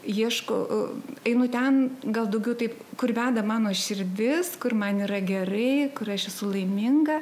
ieškau einu ten gal daugiau taip kur veda mano širdis kur man yra gerai kur aš esu laiminga